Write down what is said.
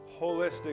holistic